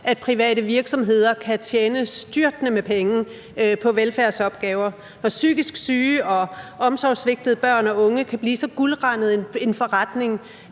at private virksomheder kan tjene styrtende med penge på velfærdsopgaver, og at psykisk syge og omsorgssvigtede børn og unge kan blive så guldrandet en forretning,